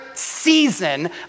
season